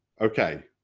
ok,